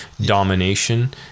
Domination